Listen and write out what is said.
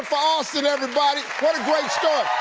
austin, everybody. what a great story.